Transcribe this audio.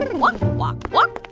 and walk, walk, walk,